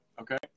okay